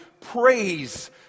praise